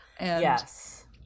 Yes